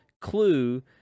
clue